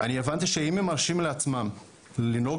אני הבנתי שאם הם מרשים לעצמם לנהוג